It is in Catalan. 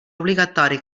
obligatori